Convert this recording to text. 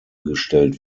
gestellt